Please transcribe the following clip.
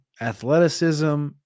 athleticism